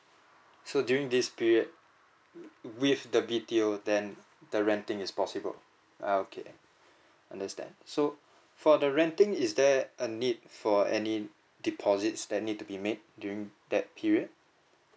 so during this period with the B_T_O then the renting is possible err okay understand so for the renting is there a need for any deposits that need to be made during that period